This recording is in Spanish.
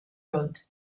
road